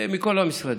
מכל המשרדים,